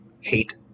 hate